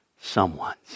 someone's